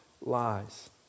lies